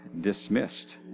dismissed